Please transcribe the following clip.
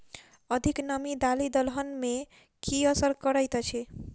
अधिक नामी दालि दलहन मे की असर करैत अछि?